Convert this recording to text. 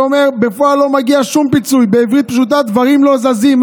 "ובפועל לא מגיע שום פיצוי"; "בעברית פשוטה: דברים לא זזים,